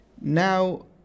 Now